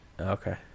Okay